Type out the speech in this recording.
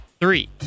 three